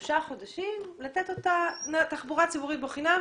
לתת שלושה חודשים את התחבורה הציבורית בחינם.